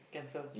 cancel